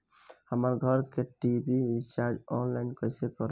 हमार घर के टी.वी रीचार्ज ऑनलाइन कैसे करेम?